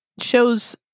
shows